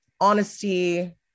honesty